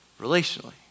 relationally